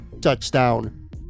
touchdown